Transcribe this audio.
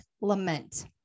lament